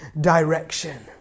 direction